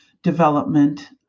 development